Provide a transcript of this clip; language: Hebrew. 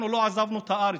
אנחנו לא עזבנו את הארץ.